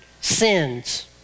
sins